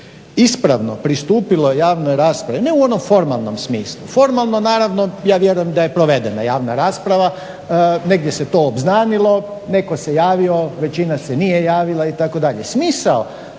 ispravno pristupilo javnoj raspravi, ne u onom formalnom smislu, formalno naravno ja vjerujem da je provedena javna rasprava. Negdje se to obznanilo, netko se javio, većina se nije javila itd.